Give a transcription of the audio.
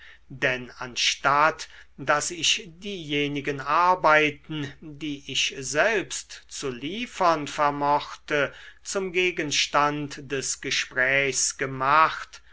denn anstatt daß ich diejenigen arbeiten die ich selbst zu liefern vermochte zum gegenstand des gesprächs gemacht